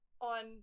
on